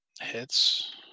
Hits